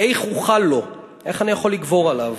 "איך אוכל לו" איך אני יכול לגבור עליו?